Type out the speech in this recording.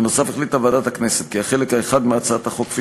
בנוסף החליטה ועדת הכנסת כי החלק האחד מהצעת החוק,